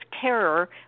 terror